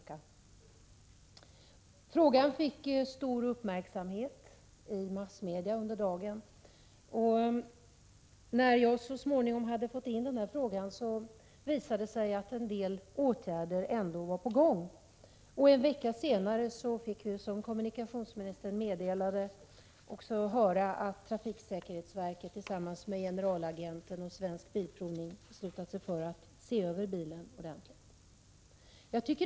Frågan fick stor uppmärksamhet i massmedia under dagen, och när jag så småningom ställt min fråga visade det sig att en del åtgärder ändå var på gång. En vecka senare fick vi, som kommunikationsministern meddelade, också höra att trafiksäkerhetsverket tillsammans med generalagenten och Svensk Bilprovning beslutat sig för att se över bilar av detta märke ordentligt.